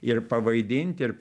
ir pavaidint ir